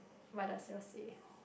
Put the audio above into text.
what does yours say